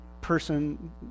person